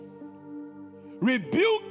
Rebuke